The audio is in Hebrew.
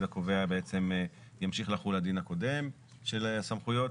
הקובע בעצם ימשיך לחול הדין הקודם של הסמכויות.